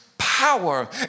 power